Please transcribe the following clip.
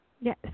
Yes